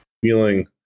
feeling